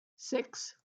six